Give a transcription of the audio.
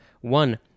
One